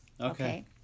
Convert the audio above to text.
Okay